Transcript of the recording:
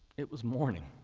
it was morning.